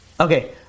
Okay